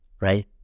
right